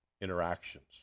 interactions